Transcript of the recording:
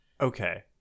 Okay